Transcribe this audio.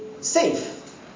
safe